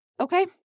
Okay